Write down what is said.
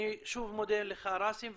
אני שוב מודה לך, ראסם.